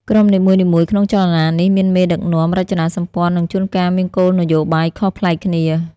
ក្រុមនីមួយៗក្នុងចលនានេះមានមេដឹកនាំ រចនាសម្ព័ន្ធ និងជួនកាលមានគោលនយោបាយខុសប្លែកគ្នា។